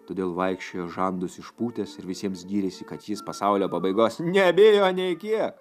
todėl vaikščiojo žandus išpūtęs ir visiems gyrėsi kad jis pasaulio pabaigos nebijo nei kiek